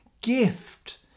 gift